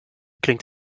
klingt